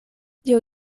dio